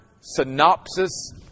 synopsis